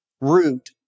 root